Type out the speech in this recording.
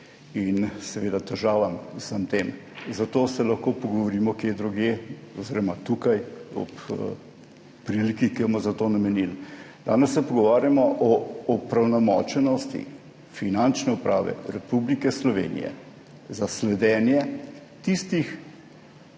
in seveda težavah z vsem tem. O tem se lahko pogovorimo kje drugje oziroma tukaj ob priliki, ki jo bomo za to namenili. Danes se pogovarjamo o pravnomočnosti Finančne uprave Republike Slovenije za sledenje tistih